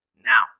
now